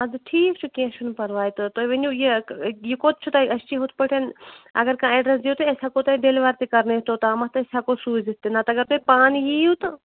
اَدٕ ٹھیٖک چھُ کیٚنٛہہ چھُنہٕ پَرواے تہٕ تۅہہِ ؤنِو یہِ یہِ کوٚت چھُ تۅہہِ أسہِ چھِ یِتھٕ پٲٹھۍ اَگر کانٛہہ ایٚڈریٚس دِیِو تُہۍ أسۍ ہیٚکَو تۅہہِ ڈِلِوَر تہِ کَرنٲوِتھ توٚتام تہٕ أسۍ ہیٚکو سوٗزِتھ تہِ نَتہٕ اگر تُہۍ پانہٕ یِیِو تہٕ